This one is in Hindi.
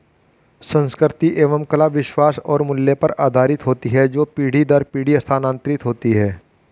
संस्कृति एवं कला विश्वास और मूल्य पर आधारित होती है जो पीढ़ी दर पीढ़ी स्थानांतरित होती हैं